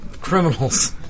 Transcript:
criminals